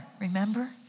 remember